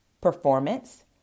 performance